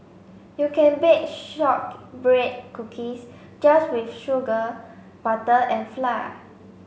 you can bake shortbread cookies just with sugar butter and flour